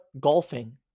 golfing